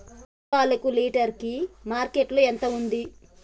ఆవు పాలకు లీటర్ కి మార్కెట్ లో ఎంత ఉంది?